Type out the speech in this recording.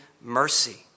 mercy